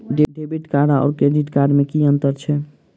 Debit card आओर credit card मे की अन्तर छैक?